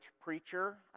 preacher